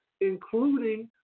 including